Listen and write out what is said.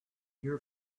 your